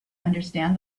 understand